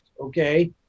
Okay